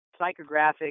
psychographic